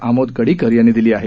आमोद गडीकर यांनी दिली आहे